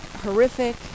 horrific